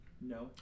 No